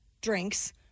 drinks